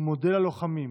ומודה ללוחמים